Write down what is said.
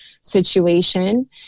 situation